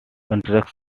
continued